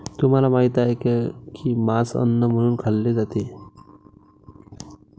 तुम्हाला माहित आहे का की मांस अन्न म्हणून खाल्ले जाते?